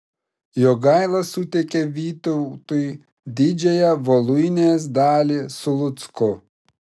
jogaila suteikė vytautui didžiąją voluinės dalį su lucku